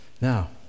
Now